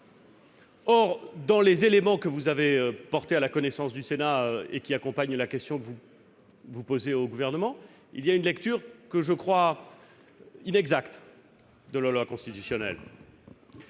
travers des éléments que vous avez portés à la connaissance du Sénat et qui accompagnent la question que vous posez au Gouvernement, vous faites une lecture que je crois inexacte de la loi constitutionnelle.